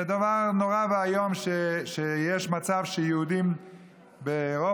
זה דבר נורא ואיום שיש מצב שיהודים ברוסיה